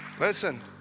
Listen